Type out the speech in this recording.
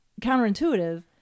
counterintuitive